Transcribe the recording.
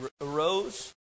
arose